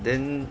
then